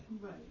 Right